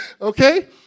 Okay